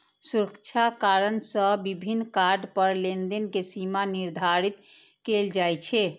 सुरक्षा कारण सं विभिन्न कार्ड पर लेनदेन के सीमा निर्धारित कैल जाइ छै